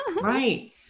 right